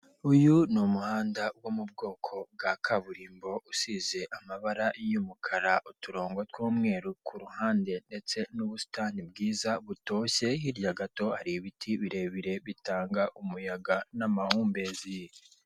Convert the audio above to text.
Uyu ni umuhanda wo mu bwoko bwa kaburimbo, usize amabara y'umukara uturongo tw'umweru kuruhande ndetse n'ubusitani bwiza butoshye, hirya gato hari ibiti birebire bitanga umuyaga n'amahumbezi.